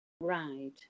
Ride